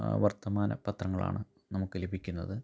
വർത്തമാന പത്രങ്ങളാണ് നമുക്ക് ലഭിക്കുന്നത്